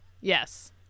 Yes